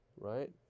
right